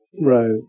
Right